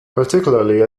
particularly